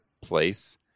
place